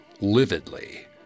lividly